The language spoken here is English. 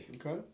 Okay